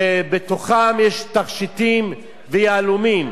ובתוכן יש תכשיטים ויהלומים.